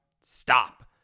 stop